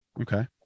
Okay